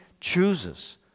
chooses